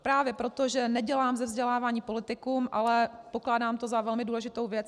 Právě proto, že nedělám ze vzdělávání politikum, ale pokládám to za velmi důležitou věc.